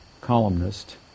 columnist